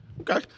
Okay